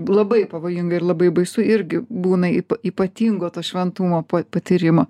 labai pavojinga ir labai baisu irgi būna yp ypatingovto šventumo patyrimo